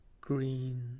green